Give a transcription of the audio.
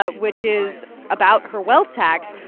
ah which is about her wealth tax.